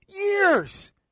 years